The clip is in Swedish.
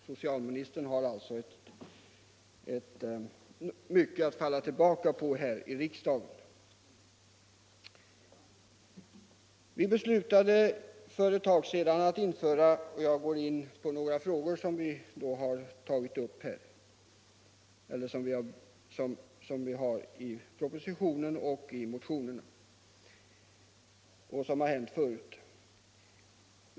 Socialministern har alltså ett starkt stöd i riksdagen. Jag skall beröra några av de frågor som tagits upp i propositionen och motionerna och även hänvisa till tidigare åtgärder.